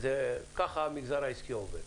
וככה המגזר העסקי עובד